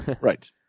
Right